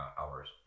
hours